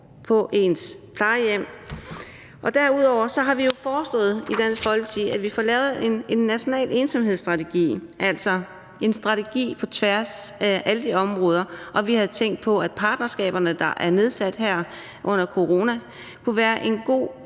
på plejehjemmet. Derudover har vi i Dansk Folkeparti foreslået, at vi får lavet en national ensomhedsstrategi, altså en strategi på tværs af alle de områder, og vi har tænkt, at partnerskaberne, der er nedsat her under corona, kunne være gode